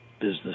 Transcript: business